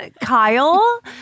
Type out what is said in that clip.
Kyle